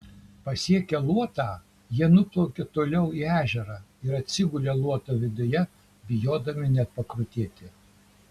pasiekę luotą jie nuplaukė toliau į ežerą ir atsigulė luoto viduje bijodami net pakrutėti